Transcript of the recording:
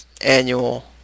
annual